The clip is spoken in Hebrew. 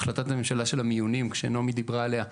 החלטת הממשלה של המיונים שנעמי דיברה עליה,